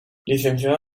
licenciada